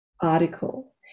article